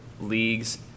leagues